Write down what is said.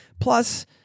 plus